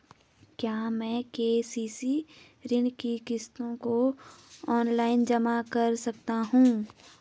क्या मैं के.सी.सी ऋण की किश्तों को ऑनलाइन जमा कर सकता हूँ?